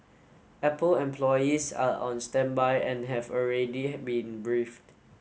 Apple employees are on standby and have already been briefed